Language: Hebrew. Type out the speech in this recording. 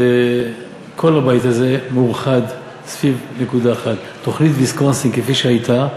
כל הבית הזה מאוחד סביב נקודה אחת: תוכנית ויסקונסין כפי שהייתה,